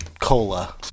cola